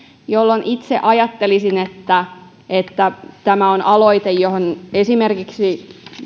jolloin itse ajattelisin että että tämä on aloite johon esimerkiksi